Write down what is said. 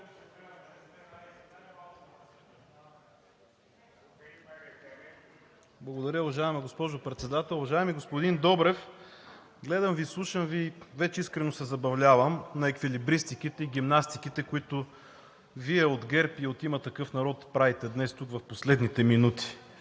Благодаря, уважаема госпожо Председател. Уважаеми господин Добрев, гледам Ви, слушам Ви, вече искрено се забавлявам на еквилибристиките и гимнастиките, които Вие от ГЕРБ и от „Има такъв народ“ правите днес тук в последните минути.